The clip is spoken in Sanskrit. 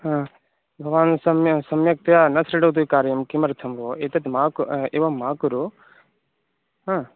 भवान् सम्यक् सम्यक्तया न शृणोति कार्यं किमर्थं भोः एतत् मा कु एवं मा कुरु